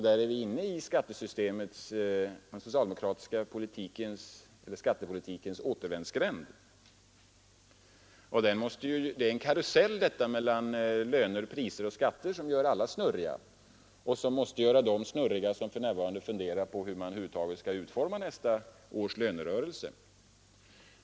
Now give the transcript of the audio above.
Där är vi inne i den socialdemokratiska skattepolitikens återvändsgränd. Detta är en karusell mellan löner, priser och skatter, som gör alla snurriga och som även måste göra dem snurriga som för närvarande funderar på hur man skall utforma nästa års lönerörelse.